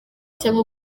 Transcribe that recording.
cyangwa